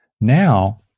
now